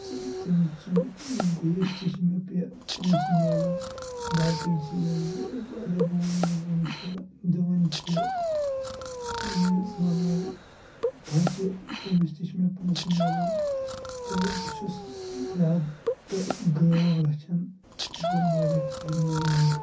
تہٕ تٔمۍ سُنٛد گُہِس تہِ چھِ مےٚ پونٛسہٕ میلان باقٕے چیٖز اَگر بہٕ وَنہٕ یُس زَن سُہ دِوان چھِ یہِ وَنو بھَچہٕ تٔمِس تہِ چھِ مےٚ پونٛسہٕ میلان تہٕ بہٕ چھُس زیادٕ تَر گٲو رَچھان یُس زَن واریاہ فٲیدٕ منٛد میٛانہِ خٲطرٕ